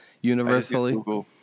universally